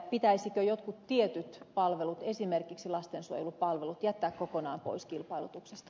pitäisikö jotkut tietyt palvelut esimerkiksi lastensuojelupalvelut jättää kokonaan pois kilpailutuksesta